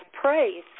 praise